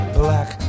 black